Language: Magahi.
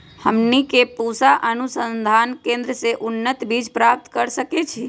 हमनी के पूसा अनुसंधान केंद्र से उन्नत बीज प्राप्त कर सकैछे?